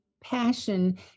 passion